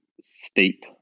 steep